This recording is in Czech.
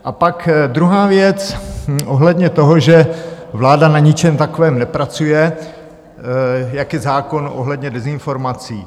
A pak druhá věc ohledně toho, že vláda na ničem takovém nepracuje, jako je zákon ohledně dezinformací.